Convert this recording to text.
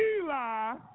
Eli